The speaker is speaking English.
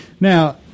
Now